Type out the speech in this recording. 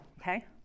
Okay